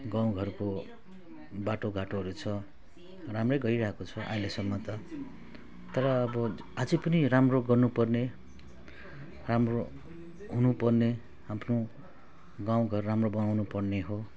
गाउँ घरको बाटो घाटोहरू छ राम्रो गरिरहेको छ अहिलेसम्म त तर अब आज पनि राम्रो गर्नु पर्ने राम्रो हुनु पर्ने आफ्नो गाउँ घर राम्रो बनाउनु पर्ने हो